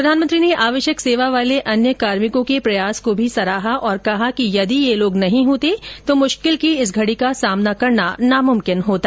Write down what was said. प्रधानमंत्री ने आवश्यक सेवा वाले अन्य कार्मिकों के प्रयास को भी सराहा और कहा कि यदि ये लोग नहीं होते तो मुश्किल की इस घडी का सामना करना नामूमकिन होता